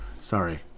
Sorry